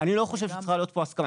אני לא חושב שצריכה להיות פה הסכמה.